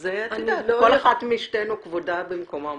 אז את יודעת, כל אחת משתינו כבודה במקומה מונח,